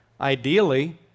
ideally